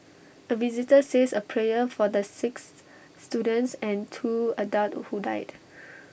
A visitor says A prayer for the six students and two adults who died